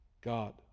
god